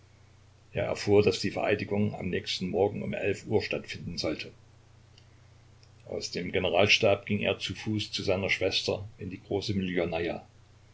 er erfuhr daß die vereidigung am nächsten morgen um elf uhr stattfinden sollte aus dem generalstab ging er zu fuß zu seiner schwester in die große